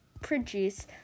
produce